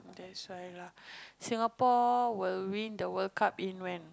that's why lah Singapore will win the World Cup in when